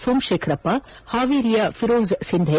ಸೋಮಶೇಖರಪ್ಪ ಹಾವೇರಿಯ ಫಿರೋಜ್ ಶಿಂಧೆ